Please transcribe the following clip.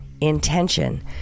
intention